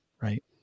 Right